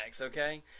Okay